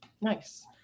Nice